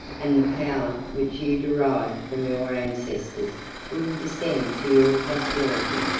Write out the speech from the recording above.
and the power which you derive from your ancestors will descend to your posterity.